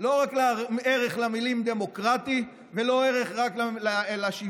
לא רק ערך למילה "דמוקרטית" ולא רק ערך ל"שוויון",